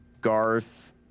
garth